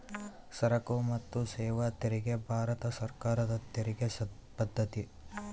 ಸರಕು ಮತ್ತು ಸೇವಾ ತೆರಿಗೆ ಭಾರತ ಸರ್ಕಾರದ ತೆರಿಗೆ ಪದ್ದತಿ